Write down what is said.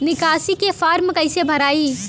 निकासी के फार्म कईसे भराई?